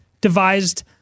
devised